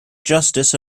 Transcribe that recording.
justice